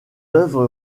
œuvre